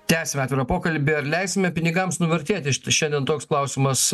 tęsime atvirą pokalbį ar leisime pinigams nuvertėti š šiandien toks klausimas